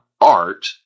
art